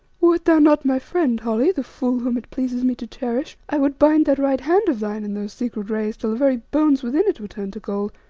wert thou not my friend, holly, the fool whom it pleases me to cherish, i would bind that right hand of thine in those secret rays till the very bones within it were turned to gold.